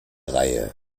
reihe